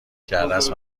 کردست